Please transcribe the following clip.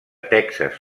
texas